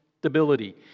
stability